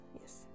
Yes